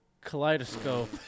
Kaleidoscope